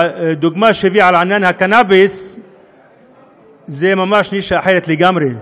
הדוגמה שהיא הביאה לעניין של הקנאביס זו ממש נישה אחרת לגמרי,